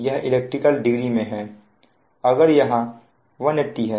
यह electrical degree में है अगर यहां 180 है